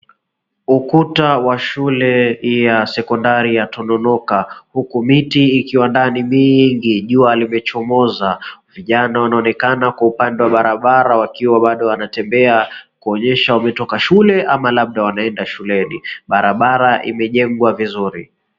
Ukuta wa shule ya sekondari ya Tononoka huku miti ikiwa ndani mingi jua limechomoza. Vijana wanaonekana kwa upande wa barabara wakiwa bado wanatembea kuonyesha wametoka shule ama labda wanaenda shuleni. Barabara imejengwa vizuri.